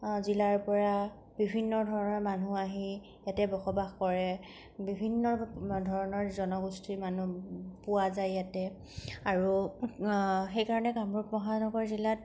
জিলাৰ পৰা বিভিন্ন ধৰণৰ মানুহ আহি ইয়াতে বসবাস কৰে বিভিন্ন ধৰণৰ জনগোষ্ঠীৰ মানুহ পোৱা যায় ইয়াতে আৰু সেইকাৰণে কামৰূপ মহানগৰ জিলাত